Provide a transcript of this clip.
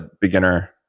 beginner